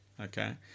Okay